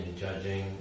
judging